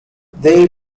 they